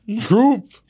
Group